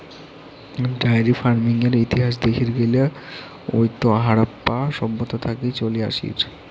diary ফার্মিংয়ের ইতিহাস দেখির গেইলে ওইতো হারাপ্পা সভ্যতা থাকি চলি আসির